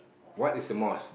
what is the most